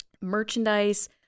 merchandise